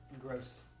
gross